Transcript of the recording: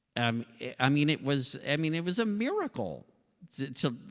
um i mean it was. i mean it was a miracle to.